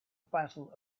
battle